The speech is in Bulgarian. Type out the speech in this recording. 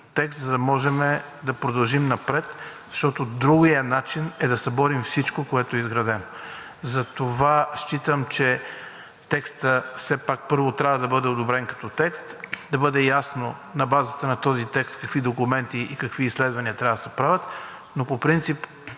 за да можем да продължим напред, защото другият начин е да съборим всичко, което е изградено. Затова считам, че текстът все пак първо трябва да бъде одобрен като такъв, да бъде ясно на базата на този текст какви документи и какви изследвания трябва да се правят. Но по принцип